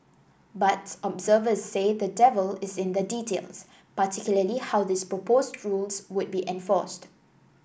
but observers say the devil is in the details particularly how these proposed rules would be enforced